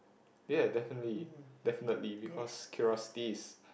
ya definitely definitely because curiosity is